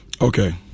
Okay